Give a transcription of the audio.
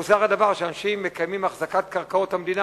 מוזר הדבר שאנשים שמקיימים החזקת קרקעות המדינה